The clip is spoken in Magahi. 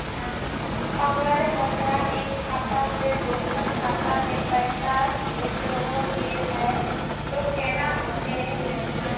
अगर हमरा एक खाता से दोसर खाता में पैसा भेजोहो के है तो केना होते है?